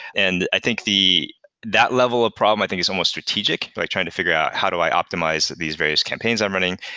and i think that level of problem i think is almost strategic, like trying to figure out how do i optimize these various campaigns i'm running.